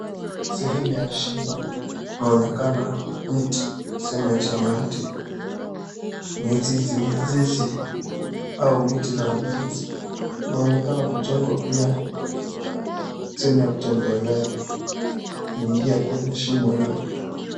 Sehemu ya shimo kunaonekana mti. Sehemu ya chini ya mti, mizizi mizizi au miti za mizizi. Kunaonekana kujengwa pia, sehemu ya kutembelea, kuingia kwenye shimo hilo.